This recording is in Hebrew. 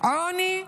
עוני,